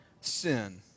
sin